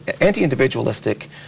anti-individualistic